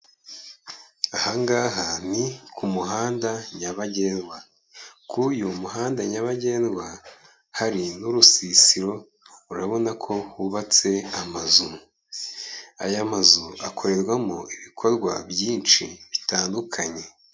Aha ngaha ni ku muhanda nyabagendwa. Kuri uyu muhanda nyabagendwa hari n'urusisiro, urabona ko hubatse amazu. Aya mazu akorerwamo ibikorwa byinshi bitandukanye.